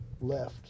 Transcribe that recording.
left